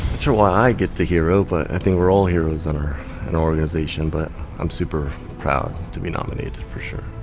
sure why i get the hero but i think we're all heroes in our and organization but i'm super proud to be nominated for sure.